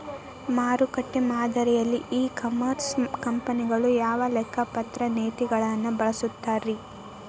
ಮಾರುಕಟ್ಟೆ ಮಾದರಿಯಲ್ಲಿ e commerce ಕಂಪನಿಗಳು ಯಾವ ಲೆಕ್ಕಪತ್ರ ನೇತಿಗಳನ್ನ ಬಳಸುತ್ತಾರಿ?